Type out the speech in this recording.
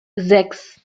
sechs